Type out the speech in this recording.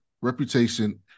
reputation